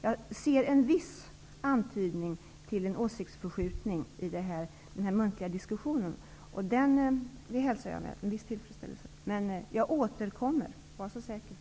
Jag ser en viss antydan till en åsiktsförskjutning i den muntliga diskussionen, och det hälsar jag med viss tillfredsställelse. Men jag återkommer i frågan, var så säker!